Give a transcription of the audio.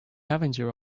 avenger